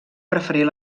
preferir